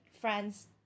friends